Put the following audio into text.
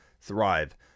thrive